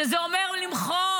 שזה אומר למחוק,